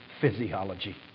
physiology